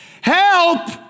Help